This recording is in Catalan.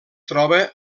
troba